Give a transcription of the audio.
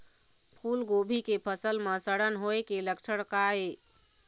फूलगोभी के फसल म सड़न होय के लक्षण का ये?